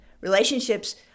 Relationships